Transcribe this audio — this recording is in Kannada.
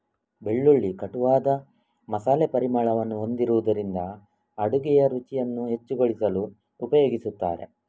ಬೆಳ್ಳುಳ್ಳಿ ಕಟುವಾದ ಮಸಾಲೆ ಪರಿಮಳವನ್ನು ಹೊಂದಿರುವುದರಿಂದ ಅಡುಗೆಯ ರುಚಿಯನ್ನು ಹೆಚ್ಚುಗೊಳಿಸಲು ಉಪಯೋಗಿಸುತ್ತಾರೆ